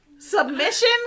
Submission